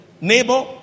Neighbor